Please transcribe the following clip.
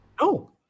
No